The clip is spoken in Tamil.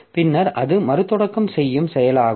பின்னர் அது மறுதொடக்கம் செய்யும் செயலாகும்